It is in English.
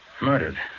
Murdered